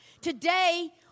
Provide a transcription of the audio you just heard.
Today